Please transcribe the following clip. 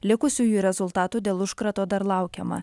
likusiųjų rezultatų dėl užkrato dar laukiama